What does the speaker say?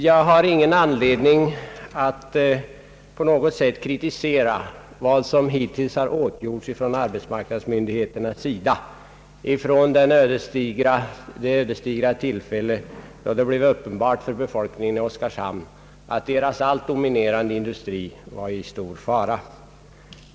Jag har ingen anledning att på något sätt kritisera de åtgärder, som arbetsmarknadsmyndigheterna hittills vidtagit från den ödesdigra tidpunkt när det blev uppenbart för befolkningen i Oskarshamn att deras helt dominerande industri var i stor fara.